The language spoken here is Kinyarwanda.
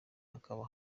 hakaba